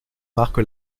marque